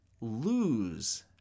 lose